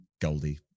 Goldie